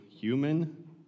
human